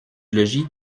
logis